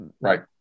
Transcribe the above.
Right